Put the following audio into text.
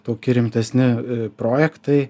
toki rimtesni projektai